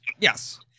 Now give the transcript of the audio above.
yes